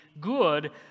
good